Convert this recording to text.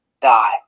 die